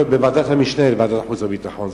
יכול להיות בוועדת המשנה של ועדת החוץ והביטחון.